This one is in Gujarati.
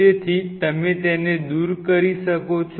તેથી તમે તેને દૂર કરી શકો છો